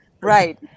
right